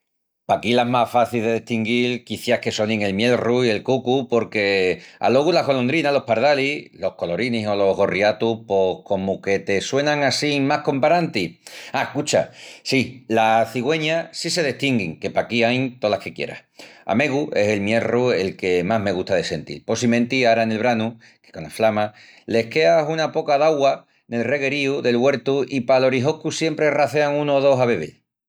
Paquí las más facis de destinguil quiciás que sonin el mielru i el cucu porque alogu las golondrinas, los pardalis, los colorinis o los gorriatus pos comu que te suenan assín más comparantis. Á, cucha, sí, las cigüenas sí se destinguin, que paquí ain tolas que quieras. A megu es el mielru el que más me gusta de sentil, possimenti ara nel branu, que cona flama, les queas una poca d'augua nel regueríu del güertu i pal orihoscu siempri racean unu o dos a bebel.